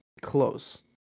close